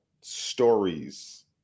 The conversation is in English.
stories